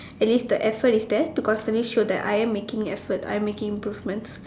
at least the effort is there because at least show that I'm making effort I'm making improvements